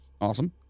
Awesome